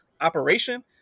operation